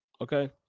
Okay